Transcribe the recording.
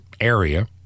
area